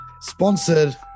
sponsored